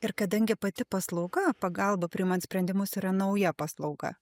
ir kadangi pati paslauga pagalba priimant sprendimus yra nauja paslauga